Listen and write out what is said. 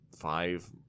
five